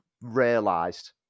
realised